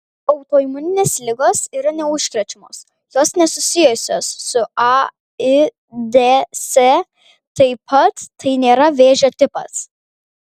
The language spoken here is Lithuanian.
autoimuninės ligos yra neužkrečiamos jos nesusijusios su aids taip pat tai nėra vėžio tipas